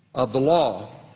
of the law.